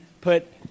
put